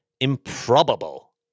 improbable